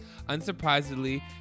Unsurprisingly